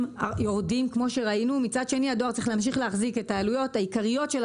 בהם יורדים אבל מצד שני הדואר צריך להמשיך להחזיק את העלויות.